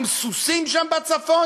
הם סוסים שם בצפון,